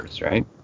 right